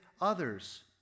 others